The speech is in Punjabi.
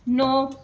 ਨੌਂ